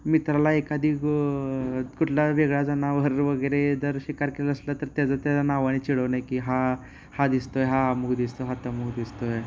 मित्राला एखादी ग कुठला वेगळा जनावर वगैरे जर शिकार केलं असलं तर त्याचा त्याच्या नावाने चिडवणे की हा हा दिसतो आहे हा अमूक दिसतो हा तमूक दिसतो आहे